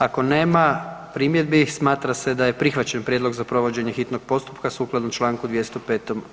Ako nema primjedbi smatra se da je prihvaćen prijedlog za provođenje hitnog postupka sukladno čl. 205.